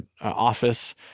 office